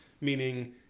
Meaning